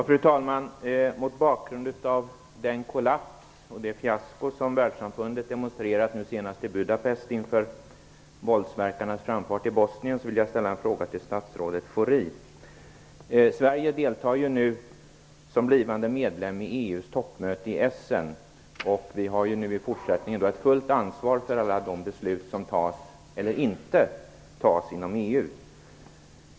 Fru talman! Mot bakgrund av den kollaps och det fiasko som världssamfundet demonstrerat nu senast i Budapest inför våldsverkarnas framfart i Bosnien vill jag ställa en fråga till statsrådet Schori. Sverige deltar ju nu som blivande medlem i EU:s toppmöte i Essen, och vi har i fortsättningen fullt ansvar för alla de beslut som fattas eller inte fattas inom EU.